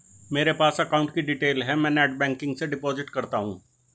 मेरे पास अकाउंट की डिटेल है मैं नेटबैंकिंग से डिपॉजिट करता हूं